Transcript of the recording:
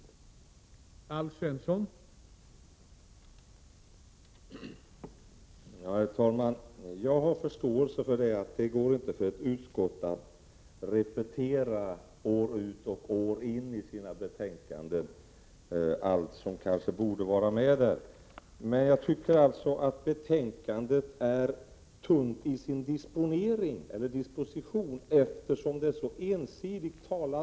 30 maj 1988